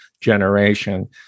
generation